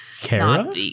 Kara